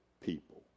people